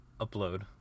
upload